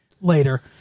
later